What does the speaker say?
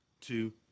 two